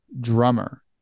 drummer